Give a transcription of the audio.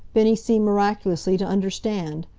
bennie seemed miraculously to understand.